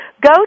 go